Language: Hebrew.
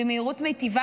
במהירות מיטיבה,